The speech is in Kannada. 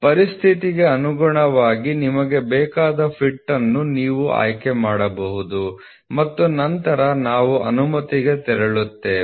ಪರಿಸ್ಥಿತಿಗೆ ಅನುಗುಣವಾಗಿ ನಿಮಗೆ ಬೇಕಾದ ಫಿಟ್ ಅನ್ನು ನೀವು ಆಯ್ಕೆ ಮಾಡಬಹುದು ಮತ್ತು ನಂತರ ನಾವು ಅನುಮತಿಗೆ ತೆರಳುತ್ತೇವೆ